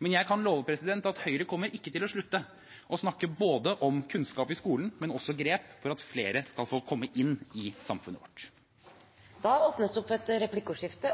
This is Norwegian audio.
Men jeg kan love at Høyre ikke kommer til å slutte å snakke om kunnskap i skolen og grep for at flere skal få komme inn i samfunnet vårt. Det blir replikkordskifte.